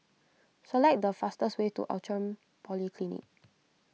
select the fastest way to Outram Polyclinic